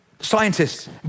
Scientists